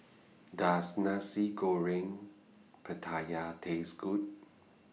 Does Nasi Goreng Pattaya Taste Good